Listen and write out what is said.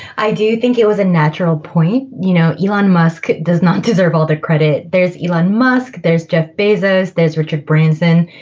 i do think it was a natural point. you know elon musk does not deserve all the credit. there's elon musk. there's jeff bezos. there's richard branson.